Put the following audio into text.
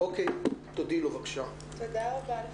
תודה רבה לך.